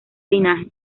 linaje